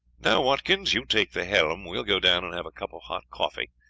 now, watkins, you take the helm we will go down and have a cup of hot coffee,